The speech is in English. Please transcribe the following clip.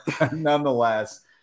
nonetheless